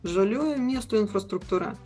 žaliųjų miestų infrastruktūra